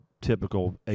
typical